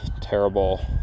terrible